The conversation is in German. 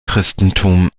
christentum